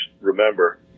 remember